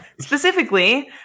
Specifically